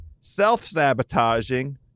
self-sabotaging